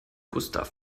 gustav